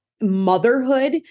motherhood